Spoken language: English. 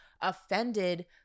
offended